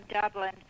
Dublin